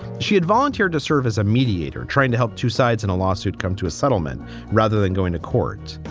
she had volunteered to serve as a mediator, trying to help two sides in a lawsuit come to a settlement rather than going to court.